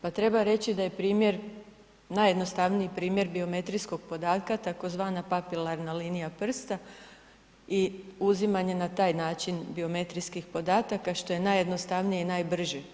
Pa treba reći da je primjer najjednostavniji primjer biometrijskog podatka tzv. papilarna linija prsta i uzimanje na taj način biometrijskih podataka, što je najjednostavnije i najbrže.